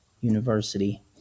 University